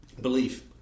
Belief